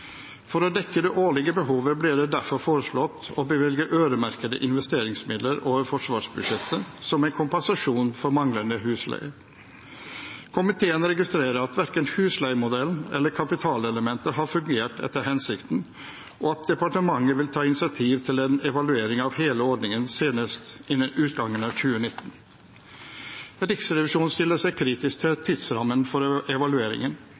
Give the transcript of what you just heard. For å dekke det årlige behovet ble det derfor foreslått å bevilge øremerkede investeringsmidler over forsvarsbudsjettet som en kompensasjon for manglende husleie. Komiteen registrerer at verken husleiemodellen eller kapitalelementet har fungert etter hensikten, og at departementet vil ta initiativ til en evaluering av hele ordningen senest innen utgangen av 2019. Riksrevisjonen stiller seg kritisk til tidsrammen for evalueringen,